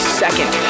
second